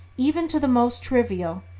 even to the most trivial,